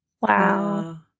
Wow